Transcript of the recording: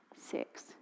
six